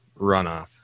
Runoff